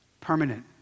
permanent